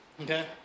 Okay